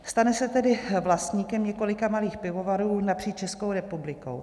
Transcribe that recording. Stane se tedy vlastníkem několika malých pivovarů napříč Českou republikou.